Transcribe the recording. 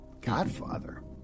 godfather